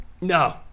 No